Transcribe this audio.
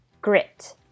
grit